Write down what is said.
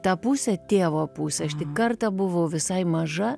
tą pusę tėvo pusę aš tik kartą buvau visai maža